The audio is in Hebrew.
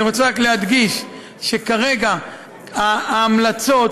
אני רק רוצה להדגיש שכרגע ההמלצות